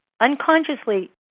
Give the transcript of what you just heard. unconsciously